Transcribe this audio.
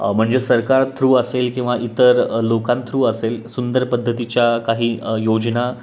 म्हणजे सरकार थ्रू असेल किंवा इतर लोकांथ्रू असेल सुंदर पद्धतीच्या काही योजना